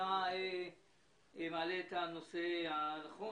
מעלה את הנושא הנכון.